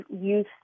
youth